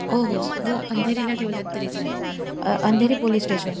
हो हो स् हो अंधेरीला ठेवलंत तरी चालेल अंधेरी पोलीस स्टेशन